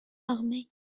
armés